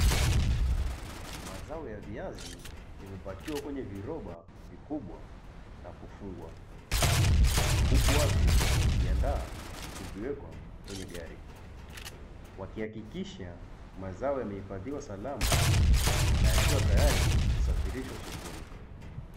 Mazao ya viazi yamepakiwa kwenye viroba vikubwa na kufungwa, huku watu wakijiandaa kuviweka kwenye gari wakihakikisha mazao yamehifadhiwa salama na yakiwa tayari kusafirishwa sokoni.